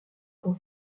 pour